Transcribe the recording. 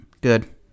Good